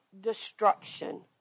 destruction